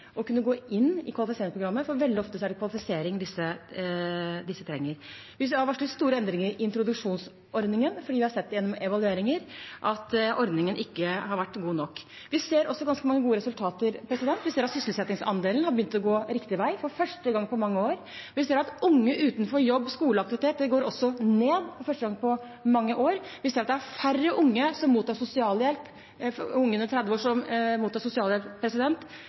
kunne gå inn, for veldig ofte er det kvalifisering disse trenger. Vi har varslet store endringer i introduksjonsordningen fordi vi har sett gjennom evalueringer at ordningen ikke har vært god nok. Vi ser også ganske mange gode resultater. Vi ser at sysselsettingsandelen har begynt å gå riktig vei for første gang på mange år. Vi ser også at andelen unge utenfor jobb, skole eller aktivitet går ned for første gang på mange år. Vi ser at det er færre unge under 30 år som mottar sosialhjelp,